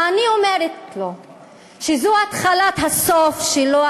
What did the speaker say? ואני אומרת לו שזו התחלת הסוף שלו,